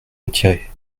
retiré